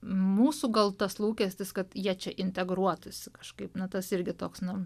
mūsų gal tas lūkestis kad jie čia integruotųsi kažkaip na tas irgi toks nu